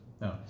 No